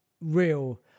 real